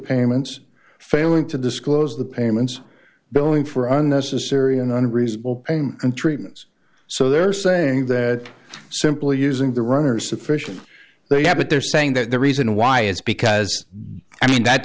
payments failing to disclose the payments billing for unnecessary and unreasonable treatments so they're saying that simply using the runners sufficient they have but they're saying that the reason why is because i mean that